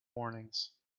warnings